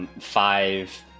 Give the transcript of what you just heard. five